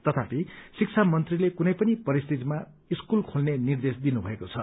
तथापि शिक्षा मन्त्रीले कुनै पनि परिस्थितिमा स्कूल खोल्ने निर्देश दिनुभएको छ